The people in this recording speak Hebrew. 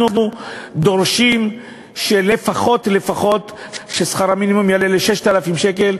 אנחנו דורשים לפחות לפחות ששכר המינימום יעלה ל-6,000 שקל,